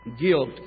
Guilt